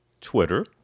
Twitter